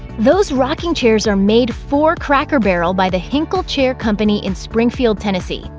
those rocking chairs are made for cracker barrel by the hinkle chair company in springfield, tennessee,